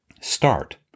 start